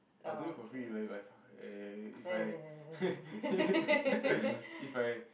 I'll do it for free if I if I if I